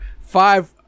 five